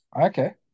Okay